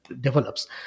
develops